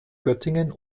göttingen